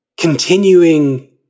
continuing